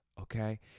okay